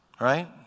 Right